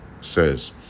says